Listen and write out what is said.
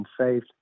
saved